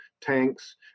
tanks